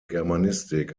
germanistik